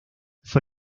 fue